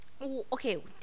Okay